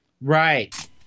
Right